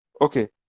Okay